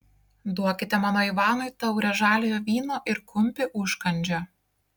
duokite mano ivanui taurę žaliojo vyno ir kumpį užkandžio